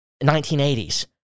1980s